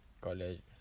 College